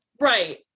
Right